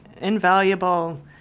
invaluable